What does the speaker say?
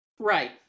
Right